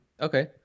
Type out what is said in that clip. Okay